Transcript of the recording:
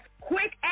quick